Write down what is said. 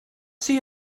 see